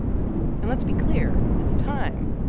and let's be clear. at the time,